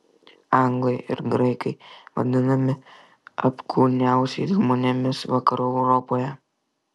anglai ir graikai vadinami apkūniausiais žmonėmis vakarų europoje